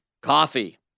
Coffee